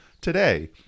today